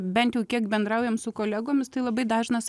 bent jau kiek bendraujam su kolegomis tai labai dažnas